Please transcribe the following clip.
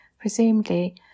Presumably